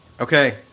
Okay